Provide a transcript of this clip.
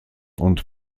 und